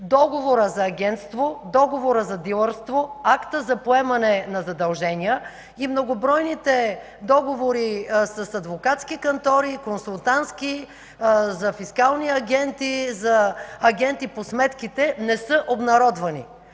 Договорът за агентство, Договорът за дилърство, Актът за поемане на задължения и многобройните договори с адвокатски кантори, консултантски, за фискални агенти, за агенти по сметките не са обнародвани.